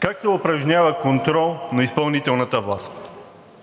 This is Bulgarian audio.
как се упражнява контрол на изпълнителната власт?